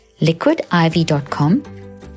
liquidiv.com